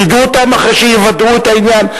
ידעו אותם אחרי שיוודאו את העניין.